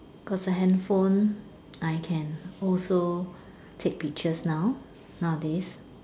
because the handphone I can also take pictures now nowadays